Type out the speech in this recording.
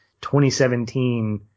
2017